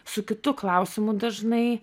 su kitu klausimu dažnai